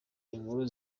inkuru